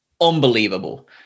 unbelievable